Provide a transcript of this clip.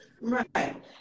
Right